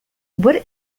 what